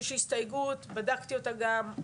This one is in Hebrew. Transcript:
יש הסתייגות, בדקתי אותה גם.